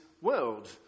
world